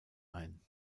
ein